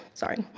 sorry.